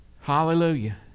Hallelujah